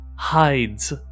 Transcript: ...hides